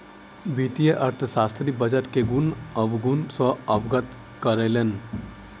वित्तीय अर्थशास्त्री बजट के गुण अवगुण सॅ अवगत करौलैन